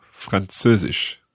Französisch